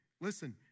listen